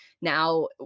Now